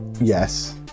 Yes